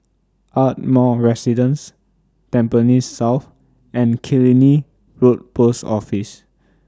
Ardmore Residence Tampines South and Killiney Road Post Office